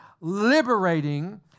liberating